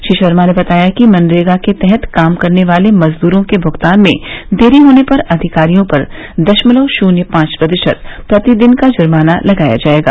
श्री शर्मा ने बताया कि मनरेगा के तहत काम करने वाले मजदूरो के भुगतान में देरी होने पर अविकारियों पर दशमलव शुन्य पांव प्रतिशत प्रतिदिन का जुर्मना लगाया जायेगा